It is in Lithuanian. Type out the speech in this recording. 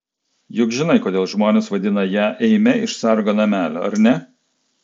juk žinai kodėl žmonės vadina ją eime iš sargo namelio ar ne